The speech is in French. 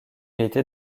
était